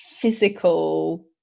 physical